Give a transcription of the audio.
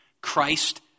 Christ